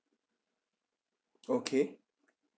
okay